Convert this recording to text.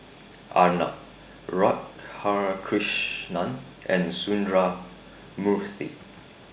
Arnab Radhakrishnan and Sundramoorthy